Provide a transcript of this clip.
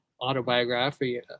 autobiography